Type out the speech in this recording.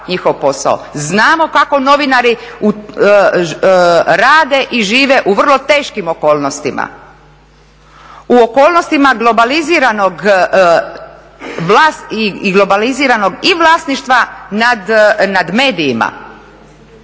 Znamo kako novinari rade i žive u vrlo teškim okolnostima, u okolnostima globaliziranog i vlasništva nad medijima,